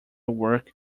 worked